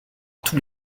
tous